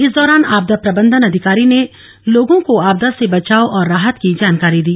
इस दौरान आपदा प्रबंधन अधिकारी ने लोगों को आपदा से बचाव और राहत की जानकारी दी